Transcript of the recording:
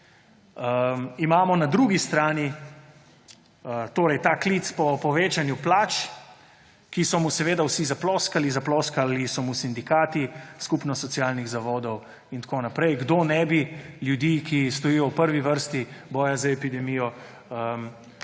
imamo na drugi strani, torej ta klic po povečanju plač, ki so mu seveda vsi zaploskali, zaploskali so mu sindikati, Skupnost socialnih zavodov in tako naprej. Kdo ne bi ljudi, ki stojijo v prvi vrsti boja z epidemijo v